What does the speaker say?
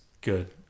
good